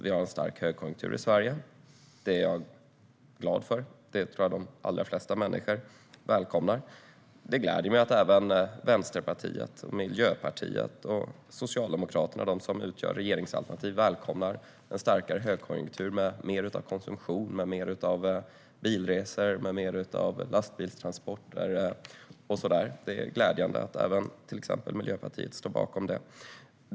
Vi har en stark högkonjunktur i Sverige, och det är jag glad för. Jag tror att de allra flesta människor välkomnar det. Det gläder mig att även Vänsterpartiet, Miljöpartiet och Socialdemokraterna - de som utgör regeringsalternativ - välkomnar en starkare högkonjunktur med mer av konsumtion, bilresor, lastbilstransporter och så vidare. Det är glädjande att även till exempel Miljöpartiet står bakom det.